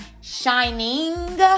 shining